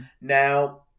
Now